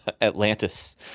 Atlantis